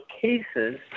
cases